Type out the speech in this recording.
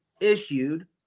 issued